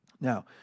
Now